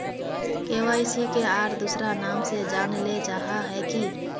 KYC के आर दोसरा नाम से जानले जाहा है की?